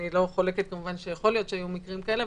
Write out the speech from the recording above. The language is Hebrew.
אני לא חולקת כמובן שיכול להיות שהיו מקרים כאלה,